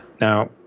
now